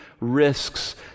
risks